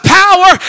power